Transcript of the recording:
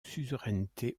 suzeraineté